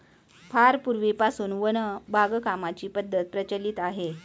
फार पूर्वीपासून वन बागकामाची पद्धत प्रचलित आहे